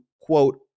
quote